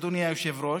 אדוני היושב-ראש.